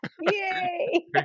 Yay